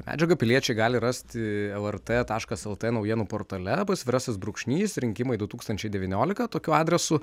medžiagą piliečiai gali rasti lrt taškas lt naujienų portale pasvirasis brūkšnys rinkimai du tūkstančiai devyniolika tokiu adresu